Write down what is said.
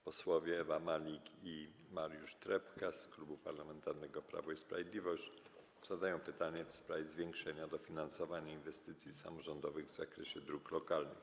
Posłowie Ewa Malik i Mariusz Trepka z Klubu Parlamentarnego Prawo i Sprawiedliwość zadadzą pytanie w sprawie zwiększenia dofinansowania inwestycji samorządowych w zakresie dróg lokalnych.